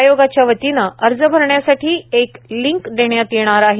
आयोगाच्यावतीनं अर्ज भरण्यासाठी एक लिंक देण्यात येणार आहे